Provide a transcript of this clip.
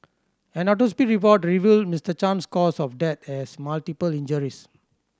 an report revealed Mister Chan's cause of death as multiple injuries